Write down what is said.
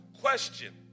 question